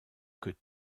que